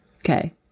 Okay